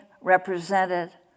represented